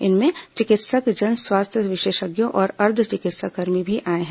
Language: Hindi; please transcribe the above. इनमें चिकित्सक जन स्वास्थ्य विशेषज्ञों और अर्द्व चिकित्साकर्मी भी आए हैं